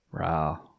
Wow